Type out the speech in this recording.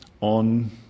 on